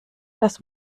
das